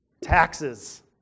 taxes